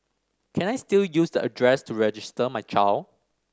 can I still use the address to register my child